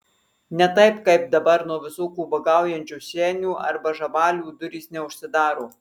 ne taip kaip dabar nuo visokių ubagaujančių senių arba žabalių durys neužsidaro